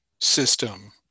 system